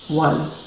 one